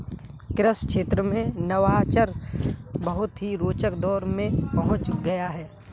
कृषि क्षेत्र में नवाचार बहुत ही रोचक दौर में पहुंच गया है